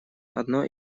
одно